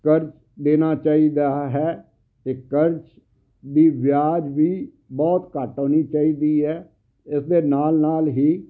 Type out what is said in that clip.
ਕਰਜ਼ ਦੇਣਾ ਚਾਹੀਦਾ ਹੈ ਅਤੇ ਕਰਜ਼ ਦੀ ਵਿਆਜ ਵੀ ਬਹੁਤ ਘੱਟ ਹੋਣੀ ਚਾਹੀਦੀ ਹੈ ਇਸਦੇ ਨਾਲ ਨਾਲ ਹੀ